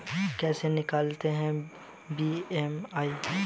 कैसे निकालते हैं बी.एम.आई?